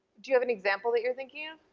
do you have an example that you're thinking of?